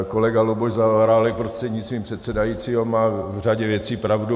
Kolega Luboš Zaorálek prostřednictvím předsedajícího má v řadě věcí pravdu.